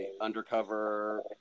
undercover